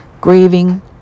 grieving